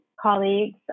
colleagues